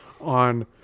on